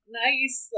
nice